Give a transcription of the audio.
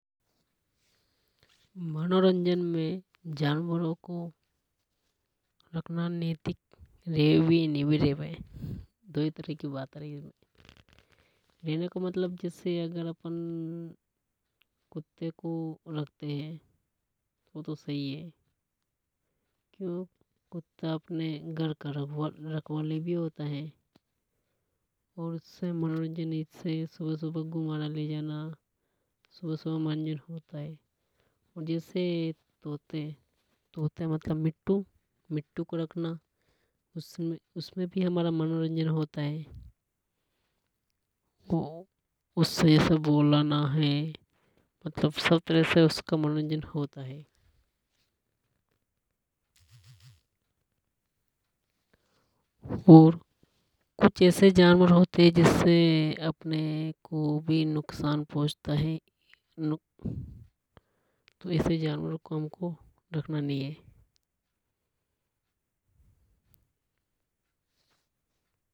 मनोरंजन में जानवरों को रखना नैतिक रेवे भी है नि भी रेवे दोय तरह की बात है। रहने का मतलब जैसे हम कुक्ते को रखते हे वो तो सही है क्यो क्योंकि कुत्ता अपने घर की रखवाली भी होता है। और उससे मनोरंजन जैसे सुबह सुबह घूमने ले जाना सुबह सुबह मनोरंजन होता है। जैसे तोते तोते मतलब मिट्ठू उसमें भी हमारा मनोरंजन होता है। उसको ऐसे बुलाना है मतलब सब तरह से मनोरंजन होता है। और कुछ ऐसे जानवर होते हे जिनसे हमको भी नुकसान पहुंचता हैं तो ऐसे जानवरो को हमको रखना नहीं है।